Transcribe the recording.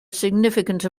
significant